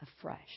afresh